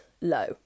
low